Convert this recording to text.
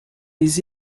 les